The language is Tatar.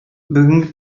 бүгенге